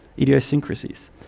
idiosyncrasies